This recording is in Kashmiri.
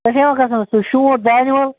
تۄہہِ چھو یوان کتھ سمجھ شونٛٹھ دانہ ول